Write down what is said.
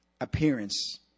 appearance